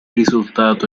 risultato